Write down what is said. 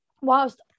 whilst